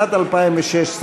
לשנת התקציב 2016,